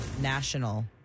National